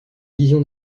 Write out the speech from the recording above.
vision